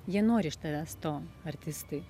jie nori iš tavęs to artistai